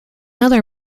other